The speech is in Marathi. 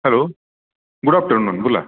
हॅलो गुड आफ्टरनून बोला